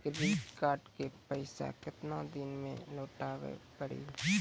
Credit card के पैसा केतना दिन मे लौटाए के पड़ी?